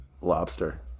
lobster